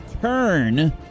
turn